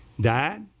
Died